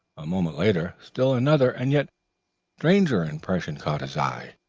a moment later, still another and yet stranger impression caught his eye.